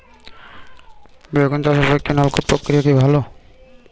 বেগুন চাষের পক্ষে নলকূপ প্রক্রিয়া কি ভালো?